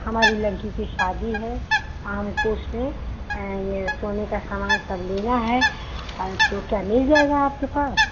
हमारी लड़की की शादी है हमें उसे सोने का समान सब लेना है और तो क्या मिल जाएगा आपके पास